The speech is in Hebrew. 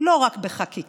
לא רק בחקיקה.